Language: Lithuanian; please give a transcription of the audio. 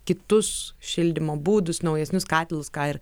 kitus šildymo būdus naujesnius katilus ką ir